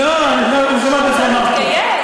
לא, לא שמעת מה שאמרתי.